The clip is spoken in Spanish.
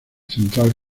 central